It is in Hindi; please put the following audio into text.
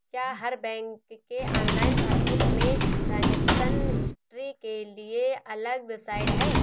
क्या हर बैंक के ऑनलाइन पासबुक में ट्रांजेक्शन हिस्ट्री के लिए अलग वेबसाइट है?